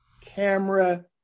camera